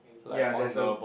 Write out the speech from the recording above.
ya there's a